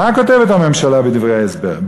מה כותבת הממשלה בדברי ההסבר?